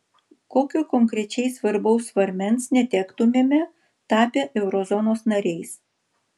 kokio konkrečiai svarbaus svarmens netektumėme tapę eurozonos nariais